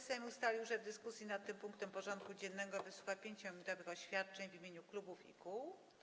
Sejm ustalił, że w dyskusji nad tym punktem porządku dziennego wysłucha 5-minutowych oświadczeń w imieniu klubów i kół.